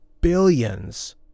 billions